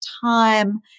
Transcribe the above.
time